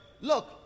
Look